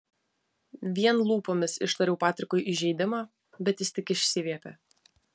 vien lūpomis ištariau patrikui įžeidimą bet jis tik išsiviepė